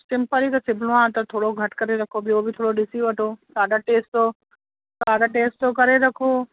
simple ई त सिबिणो आहे त थोरो घटि करे रखो ॿियो बि थोरो ॾिसी वठो साढा टे सौ साढा टे सौ करे रखो